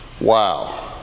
Wow